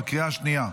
בקריאה השנייה,